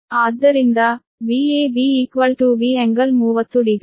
ಆದ್ದರಿಂದ Vab V∟300 degree